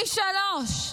פי שלושה.